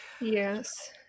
Yes